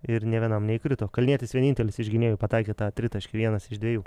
ir nė vienam neįkrito kalnietis vienintelis iš gynėjų pataikė tą tritaškį vienas iš dviejų